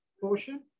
portion